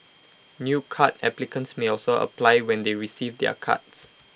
new card applicants may also apply when they receive their cards